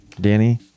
Danny